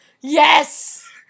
Yes